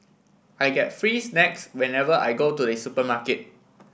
I get free snacks whenever I go to the supermarket